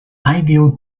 ideal